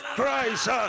Christ